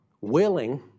willing